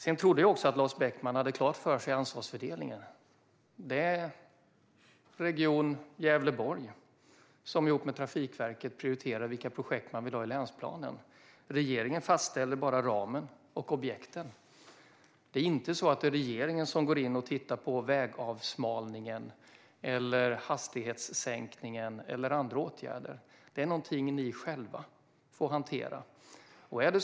Jag trodde också att Lars Beckman hade klart för sig hur ansvarsfördelningen ser ut. Det är Region Gävleborg som tillsammans med Trafikverket prioriterar vilka projekt de vill ha i länsplanen. Regeringen fastställer bara ramen och objekten och går inte in och ser på vägavsmalningar, hastighetssänkningar eller andra åtgärder. Detta är något som ni själva får hantera.